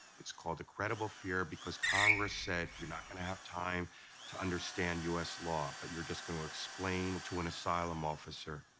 it's called a credible fear because congress said you're not gonna have time to understand u s. law, but you're just gonna explain to an asylum officer,